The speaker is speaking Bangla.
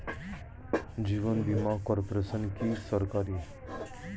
জীবন বীমা কর্পোরেশন কি সরকারি?